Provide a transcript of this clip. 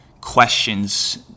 questions